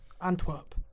Antwerp